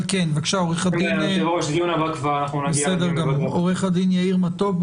אבל כן, בבקשה, עורך הדין יאיר מתוק.